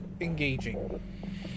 engaging